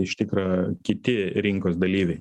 iš tikro kiti rinkos dalyviai